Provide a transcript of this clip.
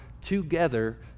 together